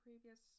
previous